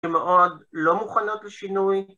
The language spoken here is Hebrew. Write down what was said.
שמאוד לא מוכנות לשינוי